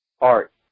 art